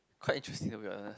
quite interesting to be honest